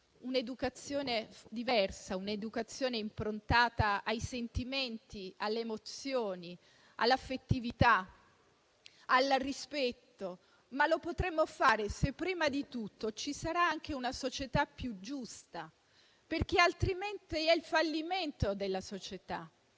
un'educazione diversa, improntata ai sentimenti, alle emozioni, all'affettività, al rispetto. Ma lo potremo fare se prima di tutto ci sarà una società più giusta, altrimenti è il fallimento della società